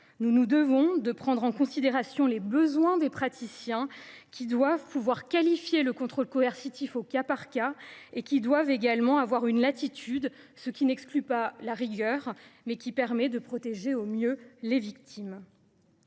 Notre devoir est de prendre en considération les besoins des praticiens, qui doivent pouvoir qualifier le contrôle coercitif au cas par cas, avec une latitude qui n’exclut pas la rigueur, mais qui permet de protéger au mieux les victimes.